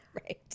right